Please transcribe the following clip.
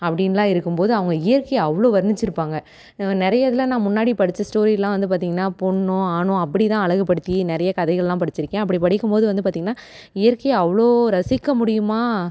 அப்படின்லாம் இருக்கும் போது அவங்க இயற்கையை அவ்வளோ வர்ணிச்சுருப்பாங்க நிறைய இதில் நான் முன்னாடி படித்த ஸ்டோரிலெலாம் வந்து பார்த்தீங்கன்னா பொண்ணோ ஆணோ அப்படி தான் அழகுப்படுத்தி நிறைய கதைகள்லாம் படிச்சுருக்கேன் அப்படி படிக்கும் போது வந்து பார்த்தீங்கன்னா இயற்கையை அவ்வளோ ரசிக்க முடியுமா